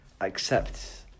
accept